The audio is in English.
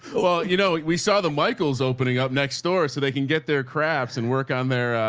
well, you know, we saw the michael's opening up next door so they can get their crafts and work on their,